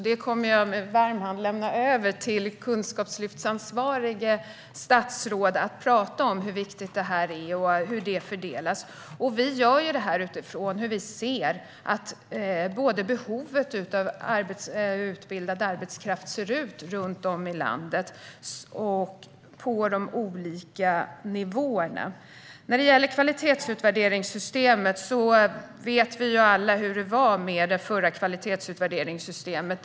Jag kommer att med varm hand lämna över till det statsråd som är ansvarig för Kunskapslyftet att tala om hur viktigt detta är och hur det fördelas. Vi gör detta utifrån hur vi ser på behovet av utbildad arbetskraft runt om i landet på olika nivåer. Vi vet alla hur det var med det förra kvalitetsutvärderingssystemet.